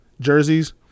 jerseys